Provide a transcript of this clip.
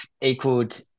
equaled